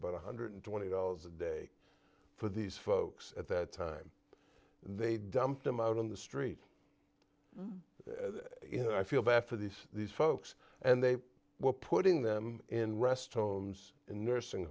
about one hundred twenty dollars a day for these folks at that time they dumped them out on the street you know i feel bad for these these folks and they were putting them in rest homes in nursing